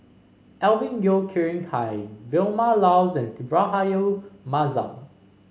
Alvin Yeo Khirn Hai Vilma Laus and Rahayu Mahzam